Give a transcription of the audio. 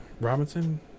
Robinson